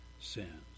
sins